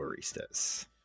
baristas